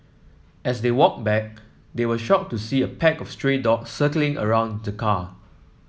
as they walked back they were shocked to see a pack of stray dog circling around the car